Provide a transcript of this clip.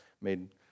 made